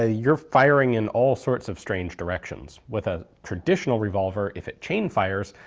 ah you're firing in all sorts of strange directions with a traditional revolver if it chain fires,